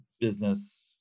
business